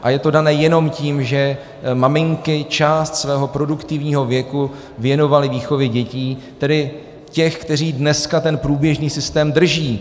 A je to dané jenom tím, že maminky část svého produktivního věku věnovaly výchově dětí, tedy těch, kteří dneska ten průběžný systém drží.